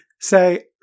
say